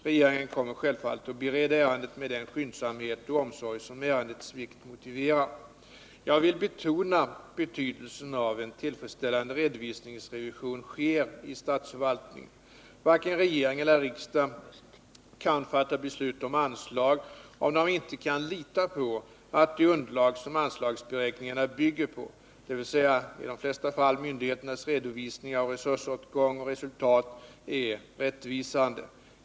Regeringen kommer självfallet att bereda ärendet med den skyndsamhet och omsorg som ärendets vikt motiverar. Jag vill betona betydelsen av att en tillfredsställande redovisningsrevision sker i statsförvaltningen. Varken regering eller riksdag kan fatta beslut om anslag om de inte kan lita på att det underlag som anslagsberäkningarna bygger på, dvs. i de flesta fall myndigheternas redovisning av resursåtgång och resultat, är rättvisande.